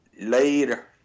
Later